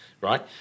right